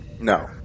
No